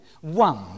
one